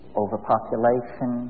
overpopulation